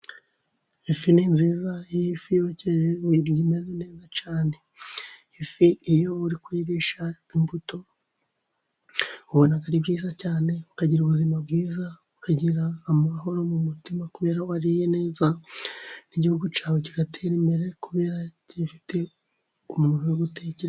Ifi ni nziza, iyo ifi yokeje iba imeze neza cyane. Ifi iyo uri kuyirisha imbuto, ubona ari byiza cyane, ukagira ubuzima bwiza, ukagira amahoro mu mutima, kubera wariye neza, n'igihugu cyawe kigatera imbere kubera gifite umuntu wo gutekereza.